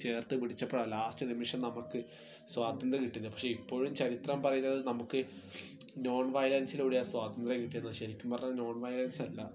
ചേർത്ത് പിടിച്ചപ്പോഴാണ് ലാസ്റ്റ് നിമിഷം നമുക്ക് സ്വാതന്ത്ര്യം കിട്ടിയത് പക്ഷേ ഇപ്പോഴും ചരിത്രം പറയുന്നത് നമുക്ക് നോൺ വയലൻസിലൂടെയാണ് സ്വാതന്ത്ര്യം കിട്ടിയത് എന്നാണ് ശരിക്കും പറഞ്ഞാൽ നോൺ വയലൻസ് അല്ല